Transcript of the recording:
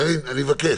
אני מבקש.